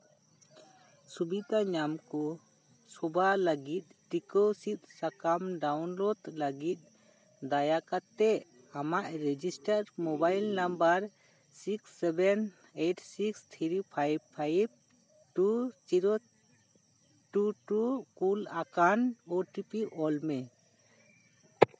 ᱥᱩᱵᱤᱛᱟ ᱧᱟᱢ ᱠᱚ ᱥᱳᱵᱟ ᱞᱟᱜᱤᱫ ᱴᱤᱠᱳ ᱥᱤᱫ ᱥᱟᱠᱟᱢ ᱰᱟᱣᱩᱱᱞᱳᱰ ᱞᱟᱜᱤᱫ ᱫᱟᱭᱟᱠᱟᱛᱮ ᱟᱢᱟᱜ register mobile number six seven eight six three five five two zero two two ᱠᱩᱞ ᱟᱠᱟᱱ ᱳ ᱴᱤ ᱯᱤ ᱚᱞ ᱢᱮ